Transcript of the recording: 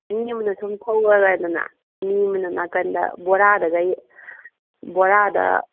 ꯃꯤ ꯑꯃꯅ ꯁꯨꯝ ꯊꯧꯔꯦꯗꯅ ꯃꯤ ꯑꯃꯅ ꯅꯥꯀꯟꯗ ꯕꯣꯔꯥꯗꯒ ꯕꯣꯔꯥꯗ